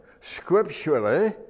Scripturally